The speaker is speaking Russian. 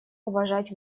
уважать